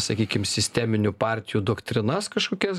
sakykim sisteminių partijų doktrinas kažkokias